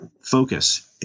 focus